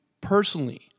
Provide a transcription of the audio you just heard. personally